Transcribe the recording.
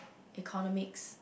economics